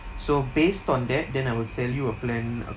so based on that then I would sell you a plan